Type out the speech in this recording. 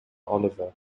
oliver